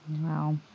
Wow